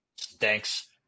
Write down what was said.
Thanks